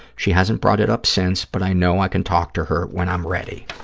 she hasn't brought it up since, but i know i can talk to her when i'm ready.